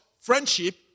friendship